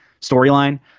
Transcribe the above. storyline